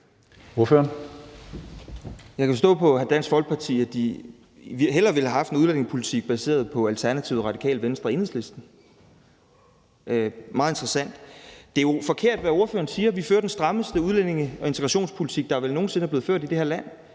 Jeg kan forstå på Dansk Folkeparti, at de hellere ville have haft en udlændingepolitik baseret på Alternativet, Radikale Venstre og Enhedslisten. Det er meget interessant. Det er jo forkert, hvad ordføreren siger, for vi fører den strammeste udlændinge- og integrationspolitik, der vel nogen sinde er blevet ført i det her land.